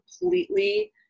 completely